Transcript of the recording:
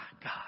God